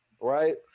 Right